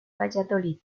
valladolid